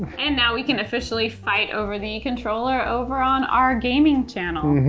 and now we can officially fight over the controller over on our gaming channel.